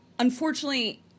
Unfortunately